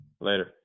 Later